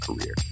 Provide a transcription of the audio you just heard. career